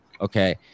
Okay